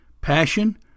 passion